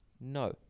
no